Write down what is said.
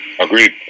Agreed